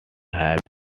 have